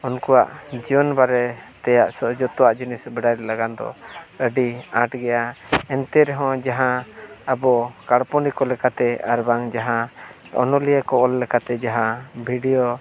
ᱩᱱᱠᱩᱣᱟᱜ ᱡᱤᱭᱚᱱ ᱵᱟᱨᱮ ᱛᱮᱭᱟᱜ ᱡᱚᱛᱚᱣᱟᱜ ᱡᱤᱱᱤᱥ ᱵᱟᱲᱟᱭ ᱞᱟᱹᱜᱤᱫ ᱫᱚ ᱟᱹᱰᱤ ᱟᱸᱴ ᱜᱮᱭᱟ ᱮᱱᱛᱮ ᱨᱮᱦᱚᱸ ᱡᱟᱦᱟᱸ ᱟᱵᱚ ᱠᱟᱞᱯᱚᱱᱤᱠᱚ ᱞᱮᱠᱟᱛᱮ ᱟᱨ ᱵᱟᱝ ᱡᱟᱦᱟᱸ ᱚᱱᱚᱞᱤᱭᱟᱹ ᱠᱚ ᱚᱞ ᱞᱮᱠᱟᱛᱮ ᱡᱟᱦᱟᱸ